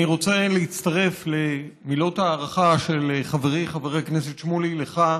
אני רוצה להצטרף למילות ההערכה של חברי חבר הכנסת שמולי לך,